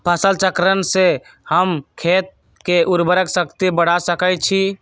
फसल चक्रण से हम खेत के उर्वरक शक्ति बढ़ा सकैछि?